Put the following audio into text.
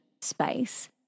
space